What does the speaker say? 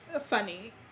funny